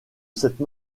cette